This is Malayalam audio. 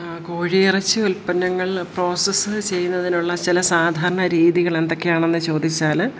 കോഴിയിറച്ചി ഉൽപന്നങ്ങളിൽ പ്രോസസ്സ് ചെയ്യുന്നതിനുള്ള ചില സാധാരണ രീതികളെന്തൊക്കെയാണെന്ന് ചോദിച്ചാൽ